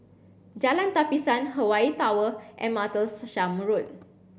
Jalan Tapisan Hawaii Tower and Martlesham Road